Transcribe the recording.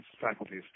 faculties